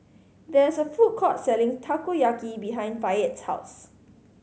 there is a food court selling Takoyaki behind Fayette's house